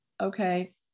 okay